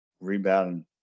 rebounding